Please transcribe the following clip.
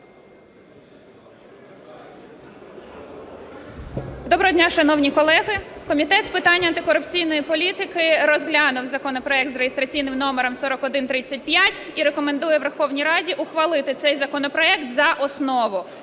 Доброго дня, шановні колеги. Комітет з питань антикорупційної політики розглянув законопроект за реєстраційним номером 4135 і рекомендує Верховній Раді ухвалити цей законопроект за основу.